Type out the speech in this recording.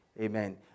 Amen